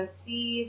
see